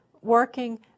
working